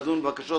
לדון בבקשות